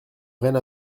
reine